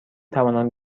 توانند